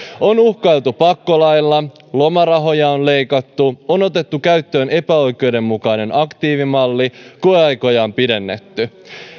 on uhkailtu pakkolaeilla lomarahoja on leikattu on otettu käyttöön epäoikeudenmukainen aktiivimalli koeaikoja on pidennetty